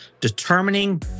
determining